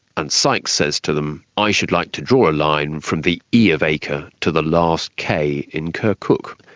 and sykes says to them, i should like to draw a line from the e of acre to the last k in kirkuk.